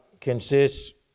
consists